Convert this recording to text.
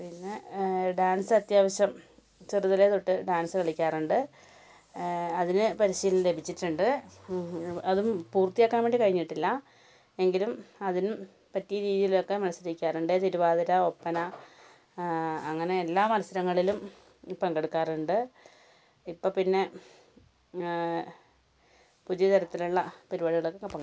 പിന്നെ ഡാൻസ് അത്യാവശ്യം ചെറുതിലേ തൊട്ട് ഡാൻസ് കളിക്കാറുണ്ട് അതിന് പരിശീലം ലഭിച്ചിട്ടുണ്ട് അതും പൂർത്തിയാക്കാൻ വേണ്ടി കഴിഞ്ഞിട്ടില്ല എങ്കിലും അതിനും പറ്റിയ രീതിയിലൊക്കെ മത്സരിക്കാറുണ്ട് തിരുവാതിര ഒപ്പന അങ്ങനെ എല്ലാ മത്സരങ്ങളിലും പങ്കെടുക്കാറുണ്ട് ഇപ്പം പിന്നെ പുതിയ തരത്തിലുള്ള പരിപാടികളിലൊക്കെ പങ്കെടുക്കും